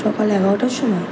সকাল এগারোটার সময়